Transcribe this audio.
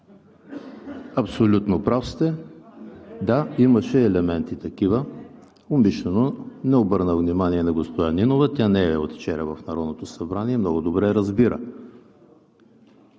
Абсолютно сте прав, имаше елементи такива, но умишлено не обърнах внимание на госпожа Нинова. Тя не е от вчера в Народното събрание и много добре разбира.